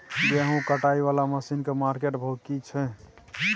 गेहूं कटाई वाला मसीन के मार्केट भाव की छै?